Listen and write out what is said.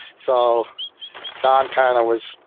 so don kind of was